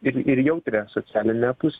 ir ir į jautrią socialinę pusę